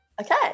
Okay